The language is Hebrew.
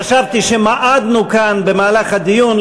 חשבתי שמעדנו כאן במהלך הדיון.